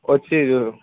వచ్చి చు